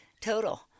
total